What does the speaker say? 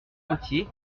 potier